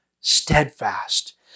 steadfast